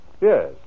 Yes